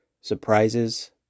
surprises